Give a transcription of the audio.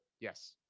Yes